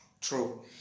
true